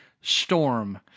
storm